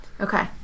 Okay